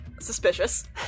Suspicious